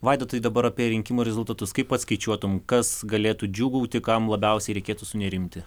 vaidotai dabar apie rinkimų rezultatus kaip pats skaičiuotum kas galėtų džiūgauti kam labiausiai reikėtų sunerimti